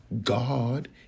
God